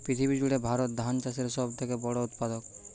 পৃথিবী জুড়ে ভারত ধান চাষের সব থেকে বড় উৎপাদক